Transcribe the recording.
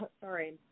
sorry